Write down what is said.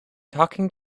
talking